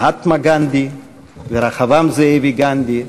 מהטמה גנדי ורחבעם זאבי גנדי,